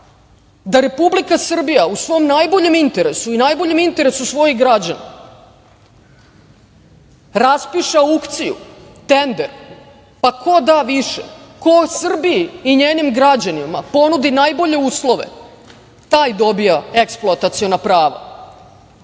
da Republika Srbija u svom najboljem interesu i najboljem interesu svojih građana, raspiše aukciju, tender, pa ko da više, ko Srbiji i njenim građanima ponudi najbolje uslove taj dobija eksploataciona prava,